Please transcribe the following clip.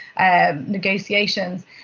negotiations